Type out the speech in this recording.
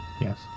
Yes